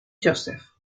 joseph